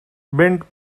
bint